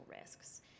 risks